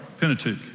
Pentateuch